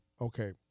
Okay